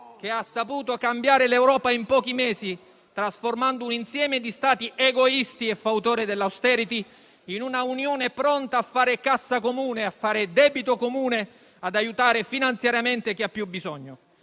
Conte ha saputo cambiare l'Europa in pochi mesi, trasformando un insieme di Stati egoisti e fautori dell'*austerity* in una Unione pronta a fare cassa comune, a fare debito comune, ad aiutare finanziariamente chi ha più bisogno.